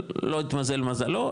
אבל לא התמזל מזלו,